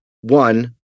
one